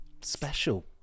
Special